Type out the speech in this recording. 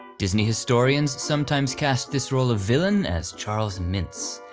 disney historians sometimes cast this role of villain as charles mintz,